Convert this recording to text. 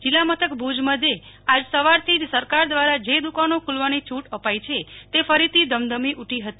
જિલ્લા મથક ભુજ મધ્યે આજ સવારથી જ સરકાર દ્વારા જે દુકાનો ખુલવાની છૂટ અપાઈ છે તે ફરીથી ધમધમી ઉઠી હતી